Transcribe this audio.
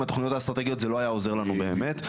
התוכניות האסטרטגיות זה לא היה עוזר לנו באמת.